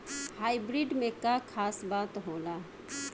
Hybrid में का खास बात होला?